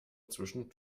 zwischen